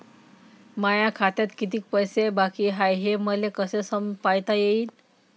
माया खात्यात कितीक बाकी हाय, हे मले कस पायता येईन?